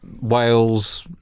Wales